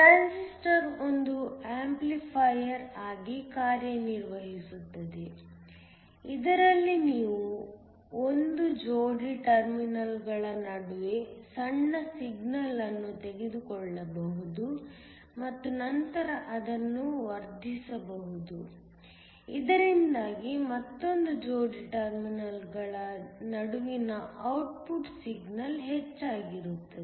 transistor ಒಂದು amplifier ಆಗಿ ಕಾರ್ಯನಿರ್ವಹಿಸುತ್ತದೆ ಇದರಲ್ಲಿ ನೀವು ಒಂದು ಜೋಡಿ ಟರ್ಮಿನಲ್ಗಳ ನಡುವೆ ಸಣ್ಣ ಸಿಗ್ನಲ್ ಅನ್ನು ತೆಗೆದುಕೊಳ್ಳಬಹುದು ಮತ್ತು ನಂತರ ಅದನ್ನು ವರ್ಧಿಸಬಹುದು ಇದರಿಂದಾಗಿ ಮತ್ತೊಂದು ಜೋಡಿ ಟರ್ಮಿನಲ್ಗಳ ನಡುವಿನ ಔಟ್ಪುಟ್ ಸಿಗ್ನಲ್ ಹೆಚ್ಚಾಗಿರುತ್ತದೆ